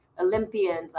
olympians